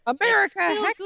America